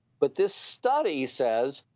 but this study says,